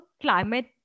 climate